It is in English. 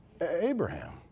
Abraham